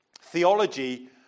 theology